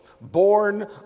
born